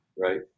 Right